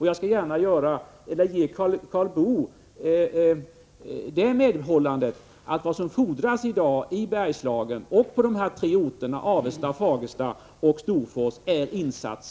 Jag skall gärna hålla med Karl Boo om att det i dag fordras insatser över ett mycket brett fält i Bergslagen och på dessa tre orter — Avesta, Fagersta och Storfors.